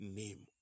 name